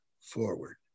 forward